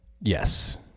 yes